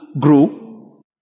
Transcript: grew